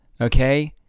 okay